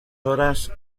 horas